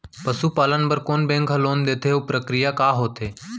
पसु पालन बर कोन बैंक ह लोन देथे अऊ प्रक्रिया का होथे?